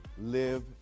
live